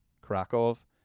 Krakow